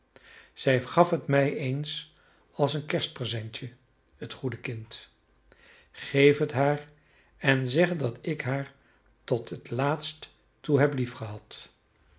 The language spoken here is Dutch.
zij gaf het mij eens als een kerstpresentje het goede kind geef het haar en zeg dat ik haar tot het laatste toe heb